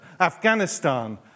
Afghanistan